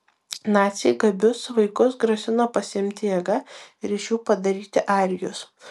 naciai gabius vaikus grasino pasiimti jėga ir iš jų padaryti arijus